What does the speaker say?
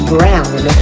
Brown